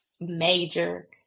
major